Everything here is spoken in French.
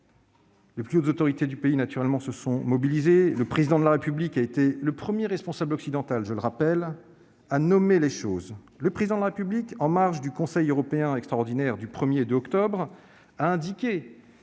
les plus hautes autorités de notre pays se sont mobilisées. Le Président de la République a été le premier responsable occidental à appeler les choses par leur nom. Le Président de la République, en marge du Conseil européen extraordinaire des 1 et 2 octobre, a indiqué